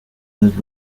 los